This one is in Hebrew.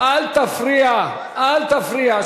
אל תפריע, אל תפריע.